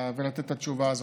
ולתת את התשובה הזאת.